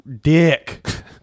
Dick